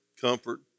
comfort